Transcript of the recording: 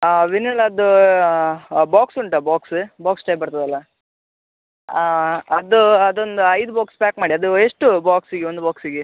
ಹಾಂ ವೆನಿಲದ್ದು ಬಾಕ್ಸ್ ಉಂಟ ಬಾಕ್ಸ್ ಬಾಕ್ಸ್ ಟೈಪ್ ಬರ್ತದಲ್ಲ ಹಾಂ ಅದು ಅದೊಂದು ಐದು ಬಾಕ್ಸ್ ಪ್ಯಾಕ್ ಮಾಡಿ ಎಷ್ಟು ಬಾಕ್ಸ್ಗೆ ಒಂದು ಬಾಕ್ಸ್ಗೆ